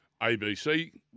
ABC